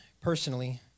personally